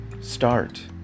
start